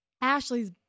Ashley's